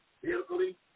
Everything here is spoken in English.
physically